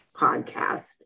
podcast